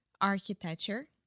Architecture